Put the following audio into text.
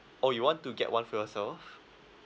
oh you want to get one for yourself